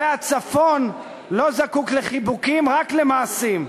והצפון לא זקוק לחיבוקים, רק למעשים.